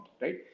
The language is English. right